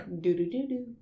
Do-do-do-do